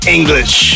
English